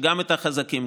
וגם החזקים,